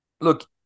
Look